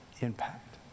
impact